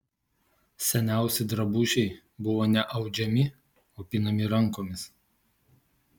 seniausi drabužiai buvo ne audžiami o pinami rankomis